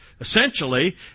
Essentially